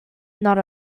not